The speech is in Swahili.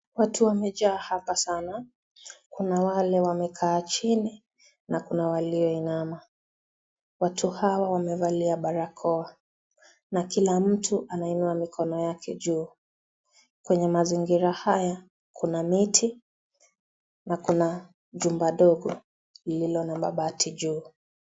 Watu wamejaa hapa sana, kuna wale wamekaa chini na kuna wale walioinama, watu hawa wamevalia barakoa na kila mtu anainua mikono yake juu, kwenye mazingira haya kuna miti na kuna jumba dogo lililo na mabati juu.